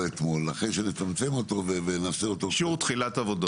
אתמול אחרי שנצמצם אותו -- אישור תחילת עבודה.